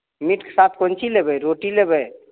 मीटके साथ कोन चीज लेबै रोटी लेबै